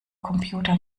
computer